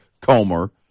Comer